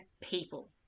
people